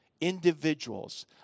individuals